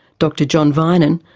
dr john vinen,